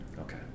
Okay